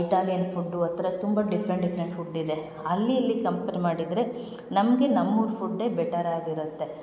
Italian food ಆ ಥರ ತುಂಬ ಡಿಫ್ರೆಂಟ್ ಡಿಫ್ರೆಂಟ್ ಫುಡ್ಡಿದೆ ಅಲ್ಲಿ ಇಲ್ಲಿ ಕಂಪೇರ್ ಮಾಡಿದರೆ ನಮಗೆ ನಮ್ಮ ಊರ ಫುಡ್ಡೇ ಬೆಟರಾಗಿರುತ್ತೆ